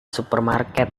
supermarket